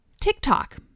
TikTok